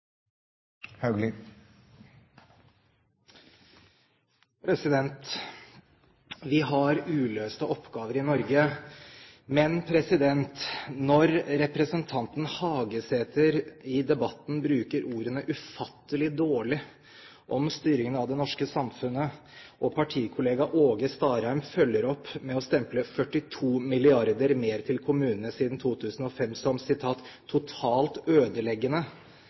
Vi har uløste oppgaver i Norge, men når representanten Hagesæter i debatten bruker ordene «ufatteleg dårleg» om styringen av det norske samfunnet, og partikollega Åge Starheim følger opp med å stemple 42 mrd. kr mer til kommunene siden 2005 som